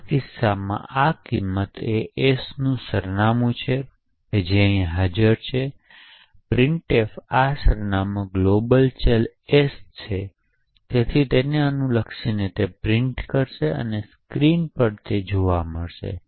તેથી આ કિસ્સામાં આ કિંમત sનું સરનામું છે જે અહીં હાજર છે અને તેથી printf આ સંદેશ ગ્લોબલ ચલ s તેથી અનુલક્ષીને પ્રિન્ટ કરશે અને તે સ્ક્રીન પર જોવા મળે છે